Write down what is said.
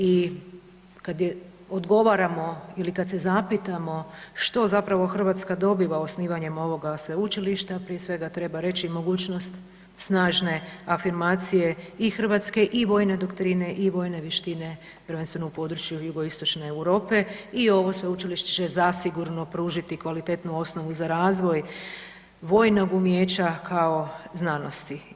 I kad odgovaramo ili kad se zapitamo što zapravo Hrvatska dobiva osnivanjem ovoga sveučilišta, prije svega treba reći mogućnost snažne afirmacije i Hrvatske i vojne doktrine i vojne vještine, prvenstveno u području jugoistočne Europe i ovo sveučilište će zasigurno pružiti kvalitetnu osnovu za razvoj vojnog umijeća kao znanosti.